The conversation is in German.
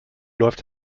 läuft